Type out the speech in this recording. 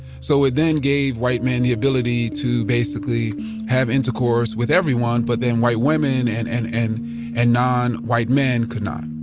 so it then gave white men the ability to basically have intercourse with everyone, but then white women and and and and non-wh ite men could not.